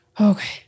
Okay